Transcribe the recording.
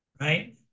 Right